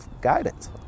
guidance